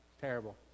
Terrible